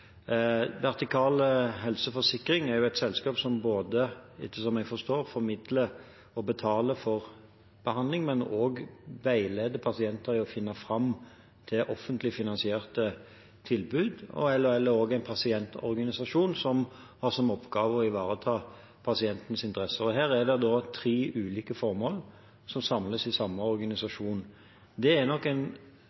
Vertikal Helseforsikring er et selskap som, etter hva jeg forstår, både formidler og betaler for behandling og også veileder pasienter i å finne fram til offentlig finansierte tilbud. LHL er også en pasientorganisasjon som har som oppgave å ivareta pasientenes interesser. Her er det da tre ulike formål som samles i samme